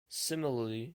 similarly